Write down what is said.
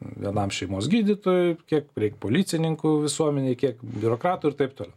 vienam šeimos gydytojui kiek reik policininkų visuomenei kiek biurokratų ir taip toliau